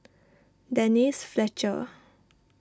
Denise Fletcher